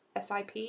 sip